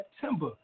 September